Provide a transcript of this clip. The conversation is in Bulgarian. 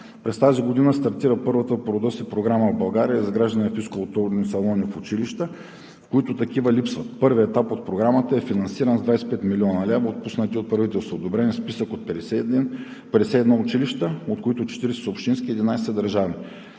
През тази година стартира първата по рода си програма в България за изграждане на физкултурни салони в училищата, където такива липсват. Първият етап от програмата е финансиран с 25 млн. лв., отпуснати от правителството. Одобрен е списък от 51 училища, от които 40 са общински, 11 са държавни.